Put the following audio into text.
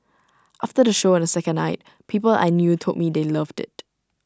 after the show on the second night people I knew told me they loved IT